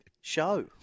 show